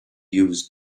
used